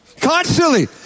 Constantly